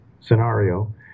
scenario